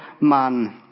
man